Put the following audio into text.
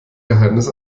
geheimnis